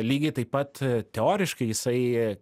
lygiai taip pat teoriškai jisai